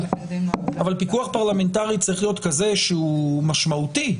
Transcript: אבל פיקוח פרלמנטרי צריך להיות כזה שהוא משמעותי.